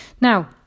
Now